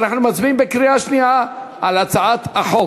אנחנו מצביעים בקריאה שנייה על הצעת החוק.